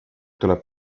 tuleb